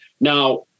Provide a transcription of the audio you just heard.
Now